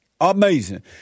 Amazing